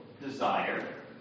desire